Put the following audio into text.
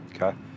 okay